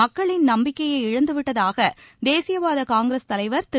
மக்களின் நம்பிக்கையை இழந்துவிட்டதாக தேசியவாத காங்கிரஸ் தலைவர் திரு